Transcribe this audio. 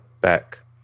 back